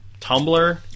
Tumblr